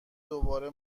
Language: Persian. دوباره